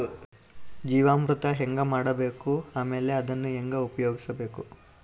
ಜೀವಾಮೃತ ಹೆಂಗ ಮಾಡಬೇಕು ಆಮೇಲೆ ಅದನ್ನ ಹೆಂಗ ಉಪಯೋಗಿಸಬೇಕು?